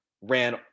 ran